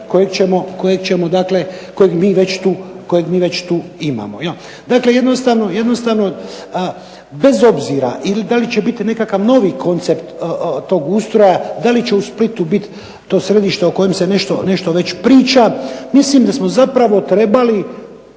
takav centar kojeg mi već tu imamo. Dakle jednostavno bez obzira da li će biti nekakav novi koncept tog ustroja, da li će u Splitu biti to središte o kojem se nešto već priča, mislim da smo zapravo trebali